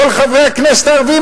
כל חברי הכנסת הערבים,